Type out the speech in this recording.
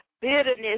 bitterness